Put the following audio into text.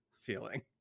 feeling